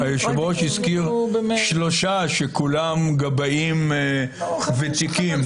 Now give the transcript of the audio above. --- היושב-ראש הזכיר שלושה שכולם גבאים ותיקים.